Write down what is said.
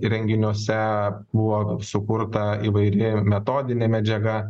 renginiuose buvo sukurta įvairi metodinė medžiaga